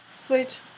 Sweet